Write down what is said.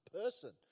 person